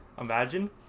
Imagine